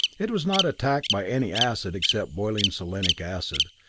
it was not attacked by any acid except boiling selenic acid,